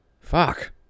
Fuck